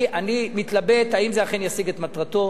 אני מתלבט אם זה אכן ישיג את מטרתו.